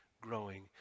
growing